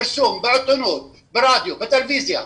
פרסום בעיתונות, ברדיו, בטלוויזיה.